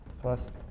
plus